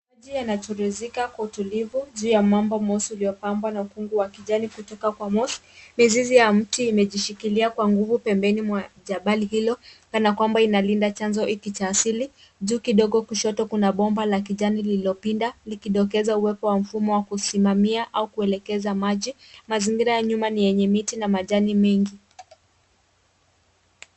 Maji yanachuruzika kwa utulivu juu ya mwamba mweusi uliopambwa na ukungu wa kijani kutoka kwa moss . Mizizi ya mti imejishikilia kwa nguvu pembeni mwa jabali hilo kana kwamba inalinda chanzo hiki cha asili. Juu kidogo kushoto kuna bomba la kijani lililopinda likidokeza uwepo wa mfumo wa kusimamia au kuelekeza maji. Mazingira ya nyuma ni yenye miti na majani mengi.